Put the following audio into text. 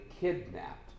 kidnapped